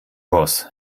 boss